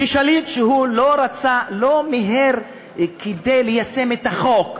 כשליט שלא מיהר ליישם את החוק,